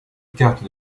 carte